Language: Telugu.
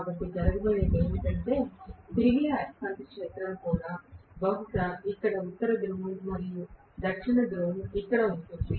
కాబట్టి జరగబోయేది ఏమిటంటే తిరిగే అయస్కాంత క్షేత్రం బహుశా ఇక్కడ ఉత్తర ధ్రువం మరియు దక్షిణ ధ్రువం ఇక్కడ ఉంటుంది